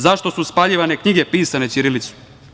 Zašto su spaljivane knjige pisane ćirilicom?